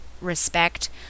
respect